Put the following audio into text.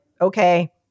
okay